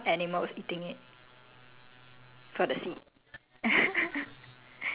so maybe like the guy who discovered bitter gourds right maybe some animals eating it